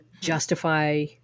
Justify